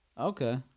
Okay